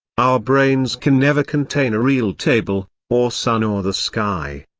our brains can never contain a real table, or sun or the sky.